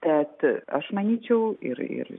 bet aš manyčiau ir ir